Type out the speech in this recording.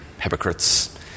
hypocrites